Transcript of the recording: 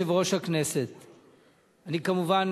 כמובן,